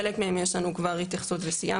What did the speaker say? חלק מהם יש לנו כבר התייחסות וסיימנו.